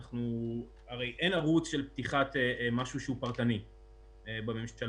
אין ערוץ של פתיחת משהו פרטני בממשלה.